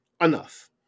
enough